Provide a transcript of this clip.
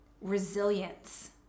resilience